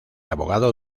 abogado